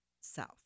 South